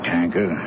Tanker